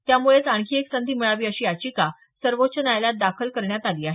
त्यामुळेच आणखी एक संधी मिळावी अशी याचिका सर्वोच्व न्यायालयात दाखल करण्यात आली आहे